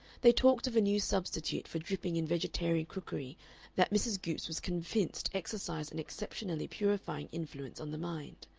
they talked of a new substitute for dripping in vegetarian cookery that mrs. goopes was convinced exercised an exceptionally purifying influence on the mind.